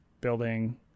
Building